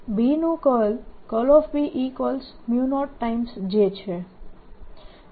B નું કર્લ B0 J છે